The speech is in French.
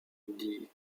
dit